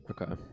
okay